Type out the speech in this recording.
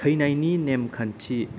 थैनायनि नेमखान्थि